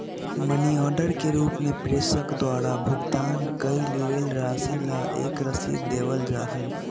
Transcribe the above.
money order के रूप में प्रेषक द्वारा भुगतान कइल गईल राशि ला एक रसीद देवल जा हई